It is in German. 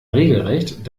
regelrecht